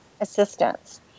assistance